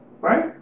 Right